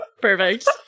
Perfect